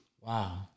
Wow